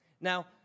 Now